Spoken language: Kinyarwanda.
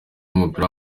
w’umupira